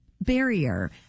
barrier